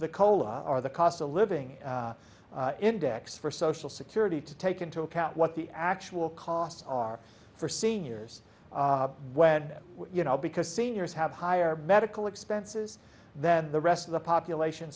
the cola or the cost of living index for social security to take into account what the actual costs are for seniors when you know because seniors have higher medical expenses then the rest of the population